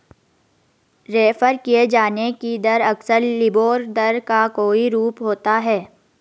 refer किये जाने की दर अक्सर लिबोर दर का कोई रूप होता है